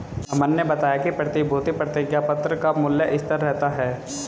अमन ने बताया कि प्रतिभूति प्रतिज्ञापत्र का मूल्य स्थिर रहता है